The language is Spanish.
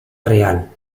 real